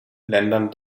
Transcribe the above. ländern